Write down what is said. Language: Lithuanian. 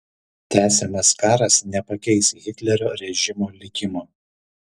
tęsiamas karas nepakeis hitlerio režimo likimo